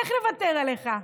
איך נוותר עליך?